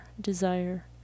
desire